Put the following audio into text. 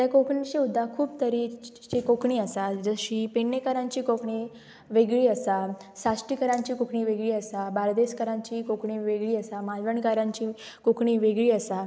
ते कोंकणीचे सुद्दां खूब तरेचे कोंकणी आसा जशी पेडणेकारांची कोंकणी वेगळी आसा साश्टीकरांची कोंकणी वेगळी आसा बार्देसकाररांची कोंकणी वेगळी आसा मालवणकारांची कोंकणी वेगळी आसा